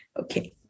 Okay